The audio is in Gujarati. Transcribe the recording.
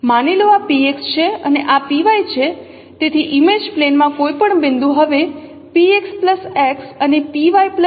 માની લો આ px છે અને આ py છે તેથી ઇમેજ પ્લેન માં કોઈપણ બિંદુ હવે px x અને py y તરીકે રજૂ થશે